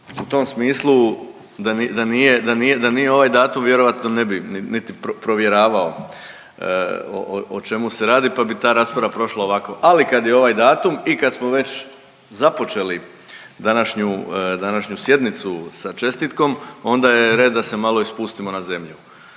U tom smislu da nije ovaj datum vjerojatno ne bi niti provjeravao o čemu se radi, pa bi ta rasprava prošla ovako. Ali kad je ovaj datum i kad smo već započeli današnju sjednicu sa čestitkom, onda je red da se malo i spustimo na zemlju.